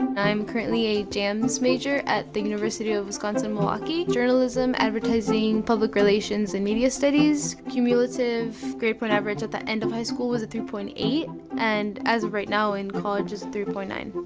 i'm currently a jams major at the university of wisconsin-milwaukee, journalism, advertising, public relations and media studies. cumulative grade point average at the end of high school was it three point eight, and as of right now in college, is three point nine.